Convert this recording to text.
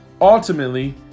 Ultimately